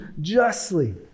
justly